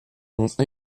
ont